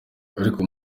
ariko